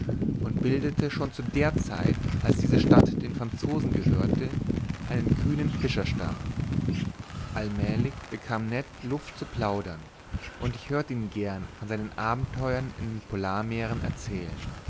und bildete schon zu der zeit als diese stadt den franzosen gehörte einen kühnen fischerstamm allmälig bekam ned luft zu plaudern und ich hörte ihn gern von seinen abenteuern in den polarmeeren erzählen